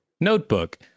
Notebook